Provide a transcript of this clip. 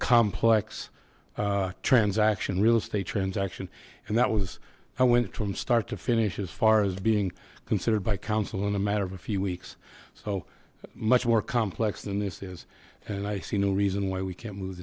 complex transaction real estate transaction and that was i went to him start to finish as far as being considered by council in a matter of a few weeks so much more complex than this is and i see no reason why we can't move